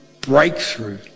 breakthrough